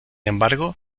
embargo